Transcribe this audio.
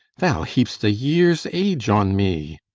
thou heap'st a year's age on me!